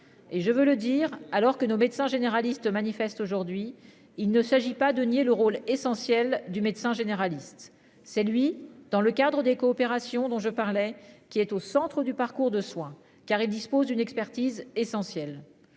Et je veux le dire alors que nos médecins généralistes manifestent aujourd'hui il ne s'agit pas de nier le rôle essentiel du médecin généraliste c'est lui dans le cadre des coopérations dont je parlais, qui est au centre du parcours de soin, car il dispose d'une expertise essentiel.